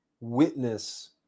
witness